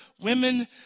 women